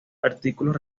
artículos